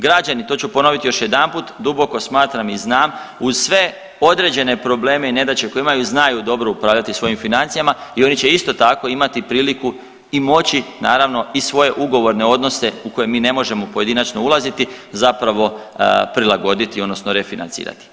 Građani, to ću ponoviti još jedanput, duboko smatram i znam uz sve određene probleme i nedaće koje imaju znaju dobro upravljati svojim financijama i oni će isto tako imati priliku i moći naravno i svoje ugovorne odnose u koje mi ne možemo pojedinačno ulaziti zapravo prilagoditi odnosno refinancirati.